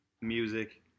music